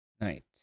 night